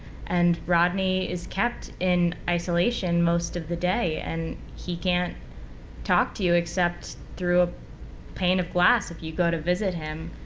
and rodney is kept in isolation most of the day. and he can't talk to you except through a pane of glass if you go to visit him.